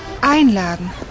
Einladen